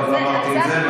לא אמרתי את זה.